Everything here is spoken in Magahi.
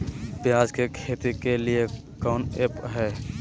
प्याज के खेती के लिए कौन ऐप हाय?